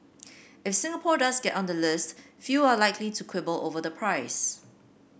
if Singapore does get on the list few are likely to quibble over the price